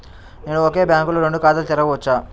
నేను ఒకే బ్యాంకులో రెండు ఖాతాలు తెరవవచ్చా?